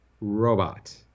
robot